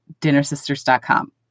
dinnersisters.com